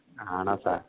ആണോ സാർ